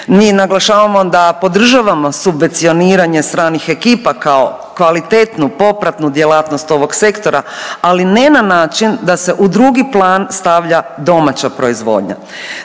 Mi naglašavamo da podržavamo subvencioniranje stranih ekipa kao kvalitetnu popratnu djelatnost ovog sektora, ali ne na način da se u drugi plan stavlja domaća proizvodnja.